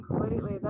Completely